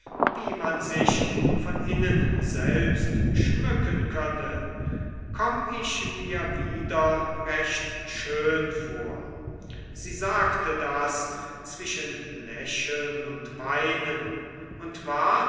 wie man sich von innen selbst schmücken könne komm ich mir wieder recht schön vor sie sagte das zwischen lächeln und weinen und war